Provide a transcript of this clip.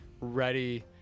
ready